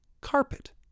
carpet